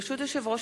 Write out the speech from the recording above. ברשות יושב-ראש